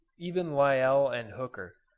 even lyell and hooker,